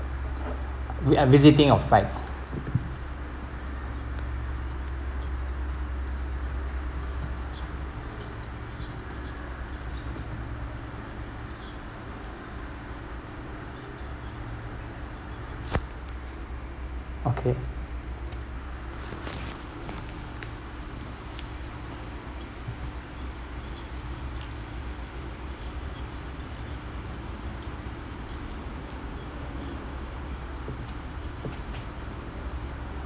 vi~ uh visiting of sites okay